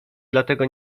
dlatego